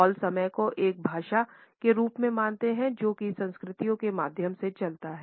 hall समय को एक भाषा के रूप में मानते है जो कि संस्कृतियों के माध्यम से चलता है